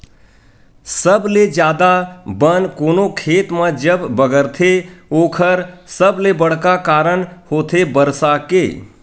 सबले जादा बन कोनो खेत म जब बगरथे ओखर सबले बड़का कारन होथे बरसा के